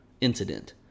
incident